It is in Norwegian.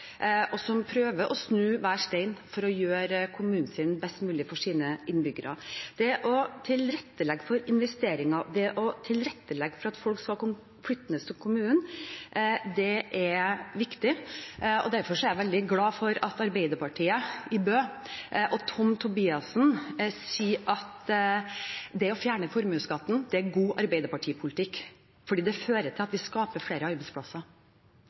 og som prøver å snu hver stein for å gjøre kommunen sin best mulig for sine innbyggere. Det å tilrettelegge for investeringer, det å tilrettelegge for at folk skal komme flyttende til kommunen, er viktig. Derfor er jeg veldig glad for at Arbeiderpartiet i Bø og Tom Tobiassen sier at det å fjerne formuesskatten er god arbeiderpartipolitikk, fordi det fører til at vi skaper flere arbeidsplasser.